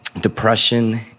Depression